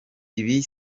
ibi